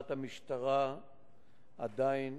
חקירת המשטרה עדיין